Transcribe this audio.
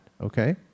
okay